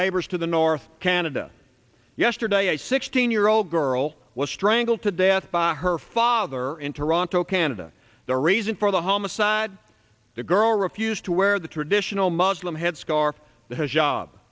neighbors to the north canada yesterday a sixteen year old girl was strangled to death by her father in toronto canada the reason for the homicide the girl refused to wear the traditional muslim headscarf his job